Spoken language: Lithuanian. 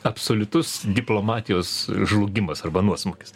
absoliutus diplomatijos žlugimas arba nuosmukis